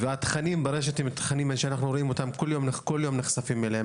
התכנים ברשת שאנחנו רואים אותם כל יום נחשפים אליהם,